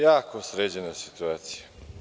Jako sređena situacija.